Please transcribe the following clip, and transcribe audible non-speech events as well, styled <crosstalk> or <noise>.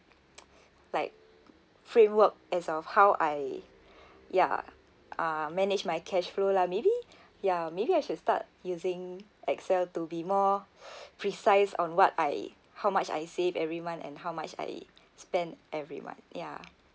<noise> like framework as of how I ya uh manage my cash flow lah maybe ya maybe I should start using excel to be more <noise> precise on what I how much I save every month and how much I spend every month ya